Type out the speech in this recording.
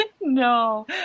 No